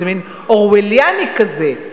זה איזה מין דבר אורווליאני כזה,